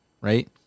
Right